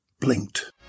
Blinked